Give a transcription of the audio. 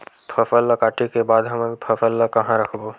फसल ला काटे के बाद हमन फसल ल कहां रखबो?